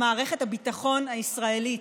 מערכת הביטחון הישראלית.